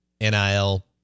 NIL